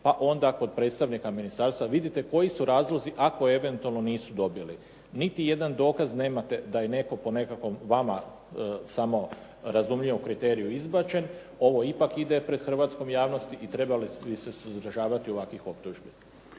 pa onda kod predstavnika ministarstva vidite koji su razlozi ako eventualno nisu dobili. Niti jedan dokaz da netko po nekakvom vama samo razumljivo kriteriju izbačen. Ovo ipak ide pred hrvatskom javnosti i trebali bi se suzdržavati od ovakvih optužbi.